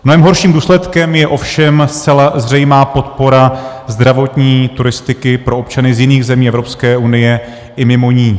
Mnohem horším důsledkem je ovšem zcela zřejmá podpora zdravotní turistiky pro občany z jiných zemí Evropské unie i mimo ni.